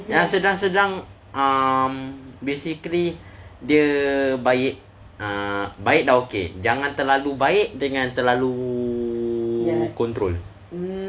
yang sedang-sedang um basically dia baik ah baik dah okay jangan terlalu baik dengan terlalu control